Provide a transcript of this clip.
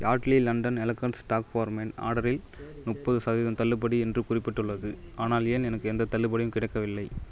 Yardley London elegance talc for men ஆர்டரில் முப்பது சதவீதம் தள்ளுபடி என்று குறிப்பிட்டுள்ளது ஆனால் ஏன் எனக்கு எந்தத் தள்ளுபடியும் கிடைக்கவில்லை